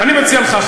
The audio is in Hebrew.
אני מציע לך,